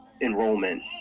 enrollment